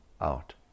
out